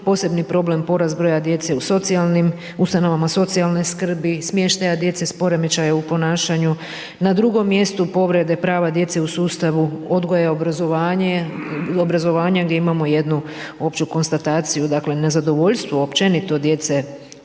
posebni problem porast broja djece, u socijalnim ustanovama, socijalne skrbi, smještaja djece s poremećajima u ponašanju, na drugom mjestu povrede prava djece u sustavu odgoja i obrazovanje, u obrazovanje gdje imamo jednu opću konstataciju, dakle, nezadovoljstvo općenito djece